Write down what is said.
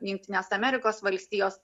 jungtinės amerikos valstijos